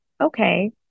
okay